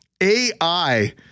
AI